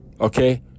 okay